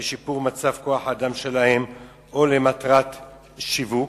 לשיפור מצב כוח-האדם שלהן או למטרת שיווק.